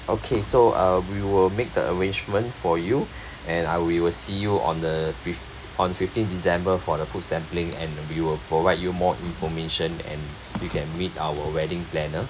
okay so uh we will make the arrangement for you and I we will see you on the fifth on fifteenth december for the food sampling and we will provide you more information and you can meet our wedding planner